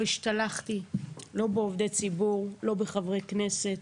לא השתלחתי בעובדי ציבור ולא בחברי כנסת.